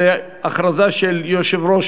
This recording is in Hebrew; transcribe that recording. זה הכרזה של יושב-ראש